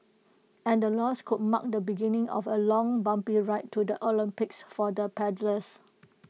and the loss could mark the beginning of A long bumpy ride to the Olympics for the paddlers